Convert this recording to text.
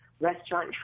restaurant